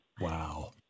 Wow